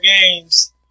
games